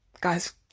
guys